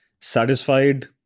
satisfied